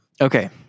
Okay